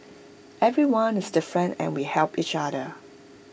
everyone is different and we help each other